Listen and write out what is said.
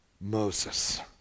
Moses